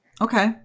okay